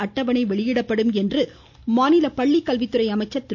அட்டவணை வெளியிடப்படும் என்று மாநில பள்ளிக்கல்வித்துறை நடத்த அமைச்சர் திரு